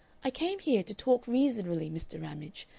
i came here to talk reasonably, mr. ramage.